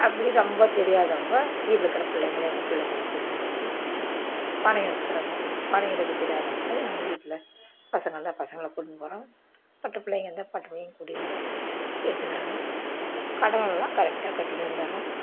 அப்படி ரொம்ப தெரியாதவங்க வீட்டில இருக்கற பிள்ளைங்கள எங்கள் பிள்ளைங்கள கூட்னுப் போயிவிட்டு பணம் எடுத்துக்குறோங்க பணம் எடுக்கத் தெரியாதவங்களும் எங்கள் வீட்டில பசங்க இருந்தால் பசங்களை கூட்னுப் போகறாங்க பொட்டைப் பிள்ளைங்க இருந்தால் பொட்டைப் பிள்ளைங்கள கூட்டின்னுப் போயிவிட்டு எடுத்துக்கிறாங்க கடன் எல்லாம் கரெட்டாக கட்டிக்கினு வந்தர்றோம்